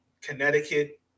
Connecticut